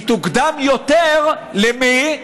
היא תוקדם יותר, למי?